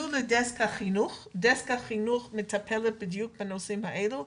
לדסק החינוך שמטפל בדיוק בנושאים האלה.